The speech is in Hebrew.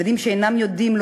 ילדים שאינם יודעים,